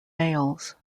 males